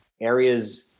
areas